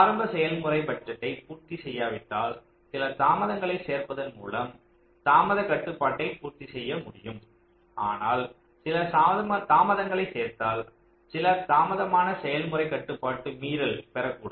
ஆரம்ப செயல்முறை பட்ஜெட்டை பூர்த்தி செய்யாவிட்டால் சில தாமதங்களைச் சேர்ப்பதன் மூலம் தாமதக் கட்டுப்பாட்டை பூர்த்தி செய்ய முடியும் ஆனால் சில தாமதத்தைச் சேர்த்தால் சில தாமதமான செயல்முறைக் கட்டுப்பாடு மீறல் பெறக்கூடும்